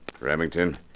Remington